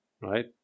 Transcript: Right